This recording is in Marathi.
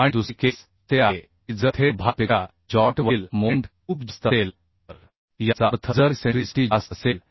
आणि दुसरी केस असे आहे की जर थेट भारापेक्षा जॉइंट वरील मोमेंट खूप जास्त असेल तर याचा अर्थ जर इसेंट्रीसिटी जास्त असेल